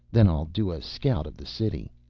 then i'll do a scout of the city.